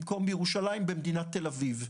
במקום בירושלים במדינת תל אביב.